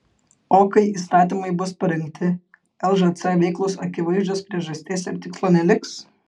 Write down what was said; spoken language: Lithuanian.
o kai įstatymai bus parengti lžc veiklos akivaizdžios priežasties ir tikslo neliks